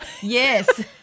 Yes